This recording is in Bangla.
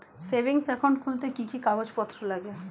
সেভিংস একাউন্ট খুলতে কি কি কাগজপত্র লাগে?